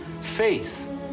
faith